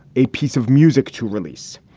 a piece of music to release.